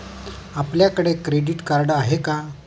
आपल्याकडे credit card आहे का?